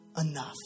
enough